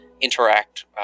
interact